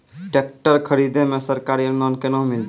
Tractor खरीदै मे सरकारी अनुदान केना मिलतै?